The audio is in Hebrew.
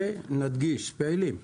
ונדגיש פעילים.